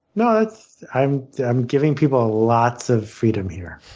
no, i'm i'm giving people lots of freedom, here.